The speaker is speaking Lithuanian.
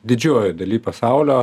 didžiojoj daly pasaulio